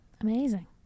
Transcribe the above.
Amazing